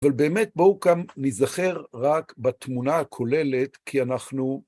אבל באמת בואו כאן נזכר רק בתמונה הכוללת, כי אנחנו...